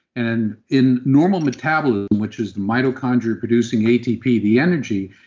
and in in normal metabolism which is mitochondria-producing atp, the energy,